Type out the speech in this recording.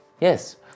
Yes